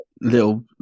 little